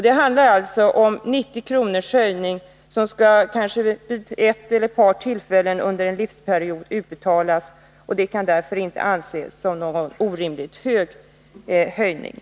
Det handlar alltså om en höjning av 90 kr., som kanske skall utbetalas en eller två gånger under en livsperiod, och det kan därför inte anses som någon orimligt stor höjning.